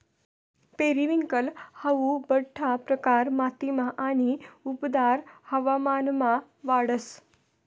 periwinkle हाऊ बठ्ठा प्रकार मातीमा आणि उबदार हवामानमा वाढस